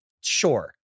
Sure